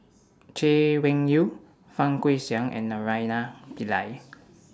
Chay Weng Yew Fang Guixiang and Naraina Pillai